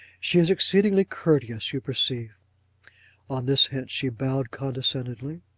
she is exceedingly courteous, you perceive on this hint she bowed condescendingly,